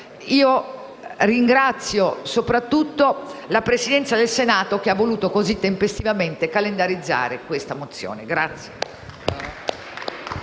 ringrazio soprattutto la Presidenza del Senato, che ha voluto così tempestivamente calendarizzare questa discussione.